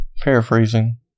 Paraphrasing